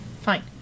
fine